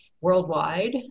worldwide